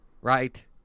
Right